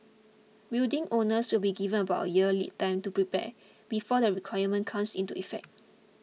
building owners will be given about year's lead time to prepare before the requirement comes into effect